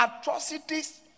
atrocities